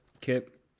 Kip